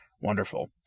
Wonderful